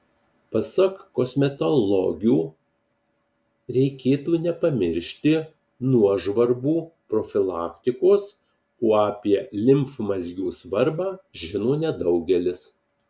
pasak kosmetologių reikėtų nepamiršti nuožvarbų profilaktikos o apie limfmazgių svarbą žino nedaugelis